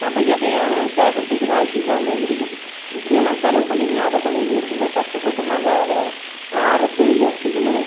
நம்ம எதையும் கேட்குறதுக்கு வாய்ப்பு இல்லாமல் இருக்குது இப்படி எல்லாம் செலவு பண்ணிக்கினு அதை பண்ணிக்கினு இருக்கும் போது கஷ்டப்பட்டு நாங்கள் அதை அறுத்து எடுத்துக்கின்னு